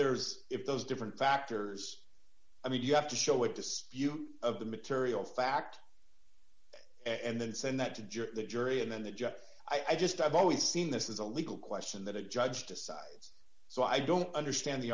there's if those different factors i mean you have to show it to spew of the material fact and then send that to judge the jury and then the judge i just i've always seen this is a legal question that a judge decides so i don't understand the